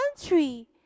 country